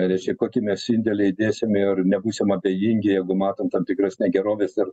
reiškia kokį mes indėlį įdėsim ir nebūsim abejingi jeigu matom tam tikras negeroves ir